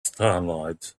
starlight